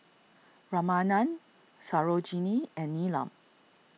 Ramanand Sarojini and Neelam